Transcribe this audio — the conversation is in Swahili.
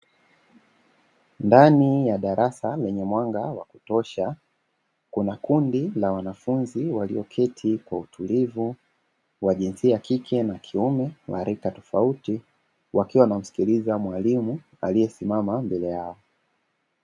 Ndani ya darasa lenye mwanga wa kutosha, kuna kundi la wanafunzi walioketi kwa utulivu wa jinsia ya kike na kiume wa rika tofauti, wakiwa wanamsikiliza mwalimu aliyesimama mbele yao.